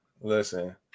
listen